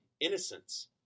innocence